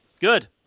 Good